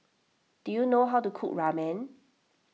do you know how to cook Ramen